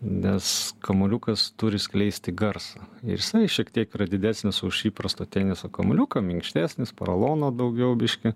nes kamuoliukas turi skleisti garsą ir jisai šiek tiek didesnis už įprasto teniso kamuoliuką minkštesnis porolono daugiau biškį